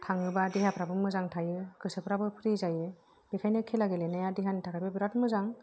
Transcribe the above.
थाङोबा देहाफ्राबो मोजां थायो गोसोफ्राबो फ्रि जायो बेखायनो खेला गेलेनाया देहानि थाखायबो बिरात मोजां